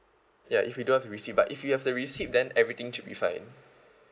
ya if you don't have the receipt but if you have the receipt then everything should be fine